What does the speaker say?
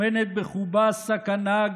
שלמטה כתוב: זה גם לזכר וגם לנקבה.